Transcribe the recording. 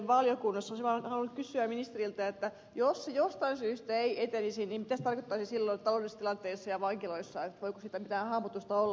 olisin vaan halunnut kysyä ministeriltä että jos se jostain syystä ei etenisi niin mitä se tarkoittaisi silloin taloudellisessa tilanteessa ja vankiloissa että voiko siitä mitään hahmotusta olla